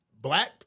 Black